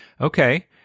Okay